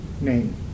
name